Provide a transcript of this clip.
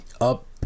up